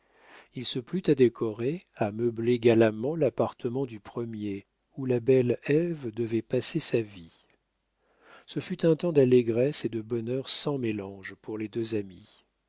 il se plut à décorer à meubler galamment l'appartement du premier où la belle ève devait passer sa vie ce fut un temps d'allégresse et de bonheur sans mélange pour les deux amis